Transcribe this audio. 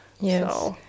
Yes